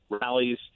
rallies